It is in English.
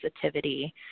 sensitivity